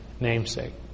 namesake